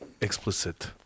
explicit